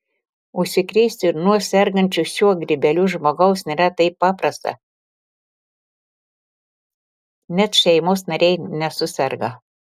užsikrėsti nuo sergančio šiuo grybeliu žmogaus nėra taip paprasta net šeimos nariai nesuserga